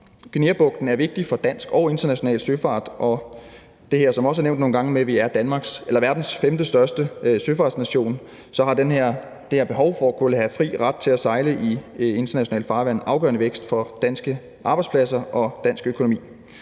Guineabugten er vigtig for dansk og international søfart, og da der er det her med, hvad der også er nævnt nogle gange, at Danmark er verdens femtestørste søfartsnation, er det her behov for at kunne have fri ret til at sejle i internationalt farvand afgørende vigtigt for danske arbejdspladser og dansk økonomi.